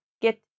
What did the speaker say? get